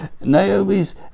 Naomi's